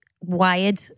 wired